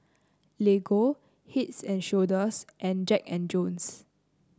Lego Heads and Shoulders and Jack And Jones